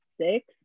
six